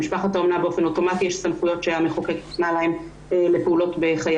למשפחת האומנה באופן אוטומטי יש סמכויות שהמחוקק הקנה לה לפעולות בחיי